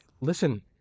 listen